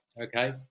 okay